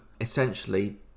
essentially